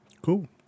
cool